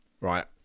right